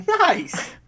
Nice